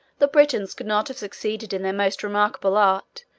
the britons could not have succeeded in their most remarkable art,